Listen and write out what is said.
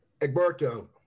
Egberto